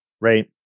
right